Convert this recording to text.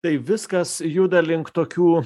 tai viskas juda link tokių